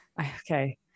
okay